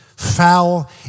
foul